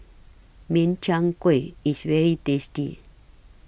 Min Chiang Kueh IS very tasty